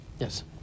Yes